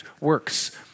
works